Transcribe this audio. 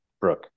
brooke